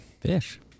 fish